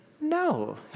No